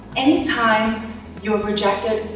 anytime you're rejected,